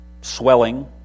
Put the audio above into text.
swelling